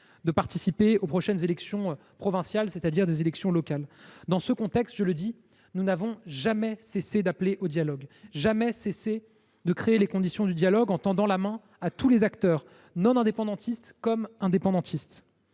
de participer aux prochaines élections provinciales, qui sont des élections locales. Dans ce contexte, nous n’avons jamais cessé d’appeler au dialogue ; nous n’avons jamais cessé de créer les conditions du dialogue, en tendant la main à tous les acteurs, indépendantistes comme non indépendantistes.